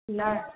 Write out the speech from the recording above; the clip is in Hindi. लाल